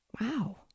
Wow